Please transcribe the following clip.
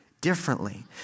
differently